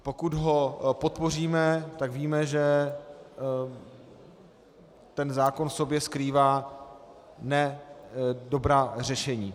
Pokud ho podpoříme, tak víme, že ten zákon v sobě skrývá ne dobrá řešení.